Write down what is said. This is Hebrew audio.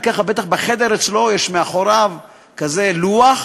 בטח בחדר אצלו יש מאחוריו כזה לוח,